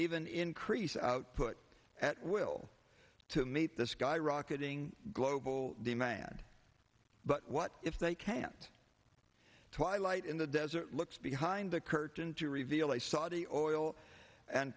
even increase output at will to meet the skyrocketing global demand but what if they can't twilight in the desert looks behind the curtain to reveal a saudi oil and